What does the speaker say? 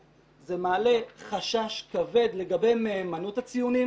זה מעלה חשש כבד לגבי מהימנות הציונים.